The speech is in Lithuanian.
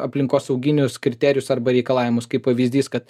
aplinkosauginius kriterijus arba reikalavimus kaip pavyzdys kad